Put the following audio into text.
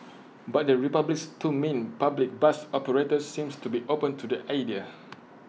but the republic's two main public bus operators seems to be open to the idea